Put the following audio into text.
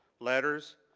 letters,